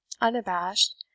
unabashed